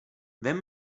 vem